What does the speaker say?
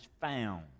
found